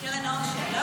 קרן העושר.